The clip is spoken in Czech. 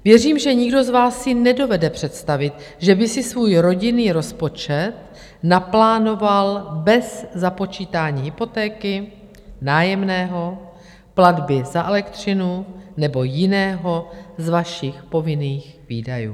Věřím, že nikdo z vás si nedovede představit, že by si svůj rodinný rozpočet naplánoval bez započítání hypotéky, nájemného, platby za elektřinu nebo jiného z vašich povinných výdajů.